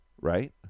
right